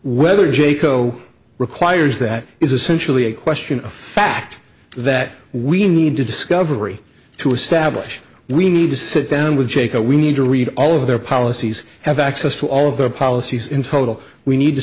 whether jayco requires that is essentially a question of fact that we need to discovery to establish we need to sit down with jake a we need to read all of their policies have access to all of the policies in total we need to